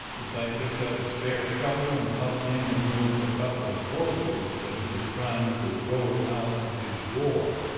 as i picked up a spare shovel and helped him remove a couple of bowlders that he was trying to roll out of his war.